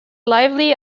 lively